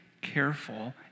careful